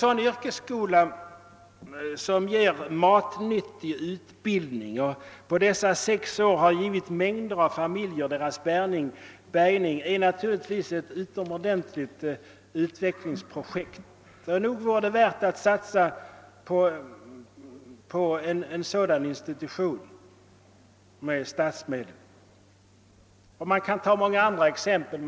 En yrkesskola, som ger matnyttig utbildning och på dessa sex år har givit mängder av familjer deras bärgning, är naturligtvis ett utomordentligt utvecklingsprojekt. Nog vore det värt att satsa på en sådan institution med statliga biståndsmedel. Man kan anföra många andra exempel.